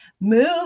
Move